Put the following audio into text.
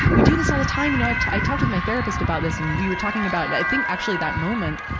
we do this all the time, you know. i've ta, i talked with my therapist about this, and we were talking about i think, actually that moment,